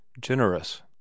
generous